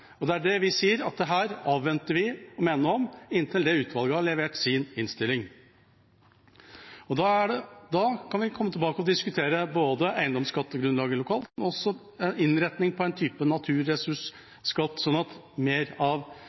dette. Det er det vi sier: Dette avventer vi å mene noe om inntil utvalget har levert sin innstilling. Da kan vi komme tilbake og diskutere både eiendomsskattegrunnlaget lokalt og også innretningen på en type naturressursskatt, sånn at mer av